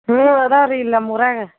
ಹ್ಞೂ ಇದಾವ್ ರೀ ಇಲ್ಲಿ ನಮ್ಮ ಊರಾಗ